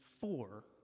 four